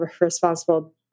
responsible